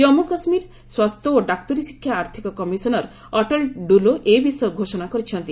ଜନ୍ମୁ କାଶ୍ମୀର ସ୍ୱାସ୍ଥ୍ୟ ଓ ଡାକ୍ତରୀ ଶିକ୍ଷା ଆର୍ଥିକ କମିଶନର୍ ଅଟଳ ଡୁଲୁ ଏ ବିଷୟ ଘୋଷଣା କରିଛନ୍ତି